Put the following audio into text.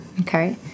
Okay